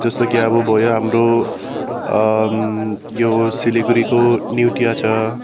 जस्तो कि अब भयो हाम्रो यो सिलगढीको नियोटिया छ